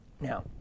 now